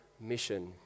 mission